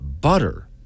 butter